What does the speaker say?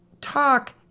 talk